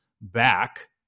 back